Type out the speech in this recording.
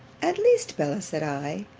at least, bella, said i,